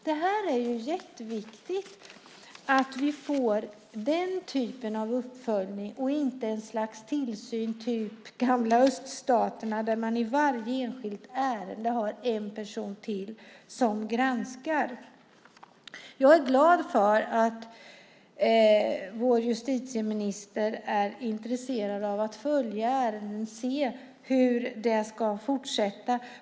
Det är jätteviktigt att vi får den typen av uppföljning och inte en tillsyn, typ gamla öststaterna, där man i varje enskilt ärende har ännu en person som granskar. Jag är glad över att vår justitieminister är intresserad av att följa ärendet och se hur det ska fortsätta.